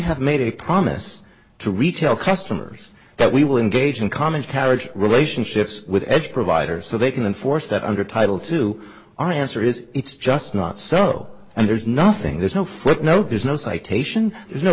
have made a promise to retail customers that we will engage in common carriage relationships with edge providers so they can enforce that under title to our answer is it's just not so and there's nothing there's no footnote there's no citation there's no